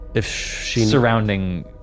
Surrounding